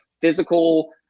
physical